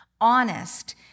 honest